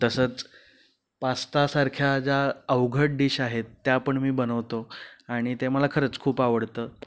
तसंच पास्तासारख्या ज्या अवघड डिश आहेत त्या पण मी बनवतो आणि ते मला खरंच खूप आवडतं